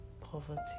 poverty